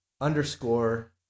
underscore